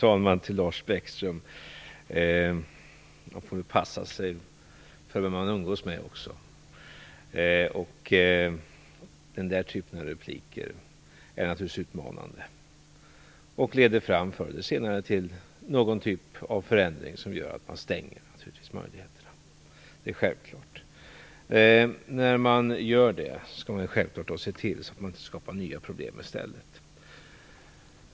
Fru talman! Man får passa sig för vem man umgås med också, Lars Bäckström. Den typen av repliker är naturligtvis utmanande och leder förr eller senare fram till någon sorts förändring som medför att man stänger möjligheterna till sådant här. Det är självklart. När man gör det skall man självfallet se till att man inte skapar nya problem i stället.